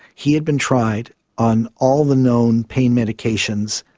he had been tried on all the known pain medications,